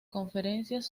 conferencias